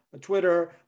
Twitter